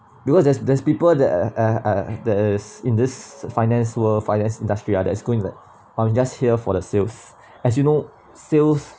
because there's there's people that uh that is in this finance world finance industry ah that's going back I'm just here for the sales as you know sales